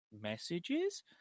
messages